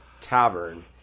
tavern